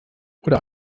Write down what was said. oder